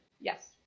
Yes